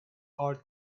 hard